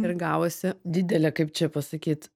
ir gavosi didelė kaip čia pasakyt